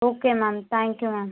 okay ma'am thank you ma'am